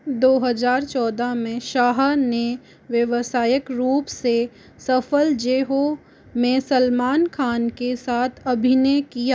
दो हज़ार चौदह में शाह ने व्यावसायिक रूप से सफल जय हो में सलमान खान के साथ अभिनय किया